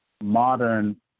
modern